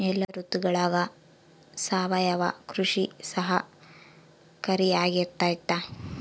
ಎಲ್ಲ ಋತುಗಳಗ ಸಾವಯವ ಕೃಷಿ ಸಹಕಾರಿಯಾಗಿರ್ತೈತಾ?